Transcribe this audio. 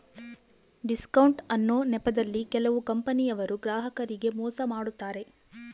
discount ಅನ್ನೊ ನೆಪದಲ್ಲಿ ಕೆಲವು ಕಂಪನಿಯವರು ಗ್ರಾಹಕರಿಗೆ ಮೋಸ ಮಾಡತಾರೆ